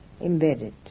embedded